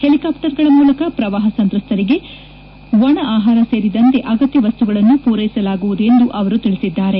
ಹೆಲಿಕಾಸ್ಸರ್ಗಳ ಮೂಲಕ ಪ್ರವಾಹ ಸಂತ್ರಸ್ತ ಜನರಿಗೆ ಒಣ ಆಹಾರ ಸೇರಿದಂತೆ ಅಗತ್ಯ ವಸ್ತುಗಳನ್ನು ಪೂರೈಸಲಾಗುವುದು ಎಂದು ಅವರು ತಿಳಿಸಿದ್ದಾರೆ